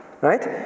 Right